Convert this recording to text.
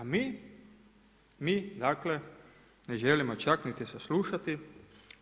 A mi, mi dakle ne želimo čak niti sa saslušati